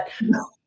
no